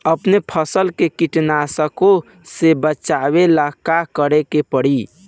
अपने फसल के कीटनाशको से बचावेला का करे परी?